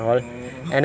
orh